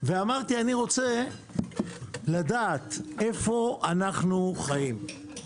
אמרתי אני רוצה לדעת איפה אנחנו חיים.